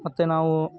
ಮತ್ತು ನಾವು